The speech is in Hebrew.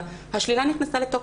השלילה נכנסה לתוקף.